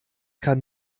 kann